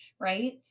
right